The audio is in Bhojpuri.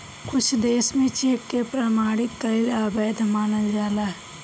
कुछ देस में चेक के प्रमाणित कईल अवैध मानल जाला